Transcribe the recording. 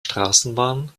straßenbahn